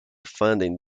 funding